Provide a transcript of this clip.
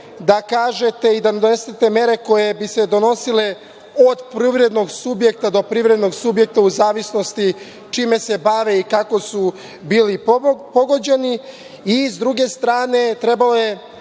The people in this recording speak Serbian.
da kažete i da donesete mere koje bi se donosile od privrednog subjekta do privrednog subjekta u zavisnosti čime se bave i kako su bili pogođeni. I s druge strane, trebalo je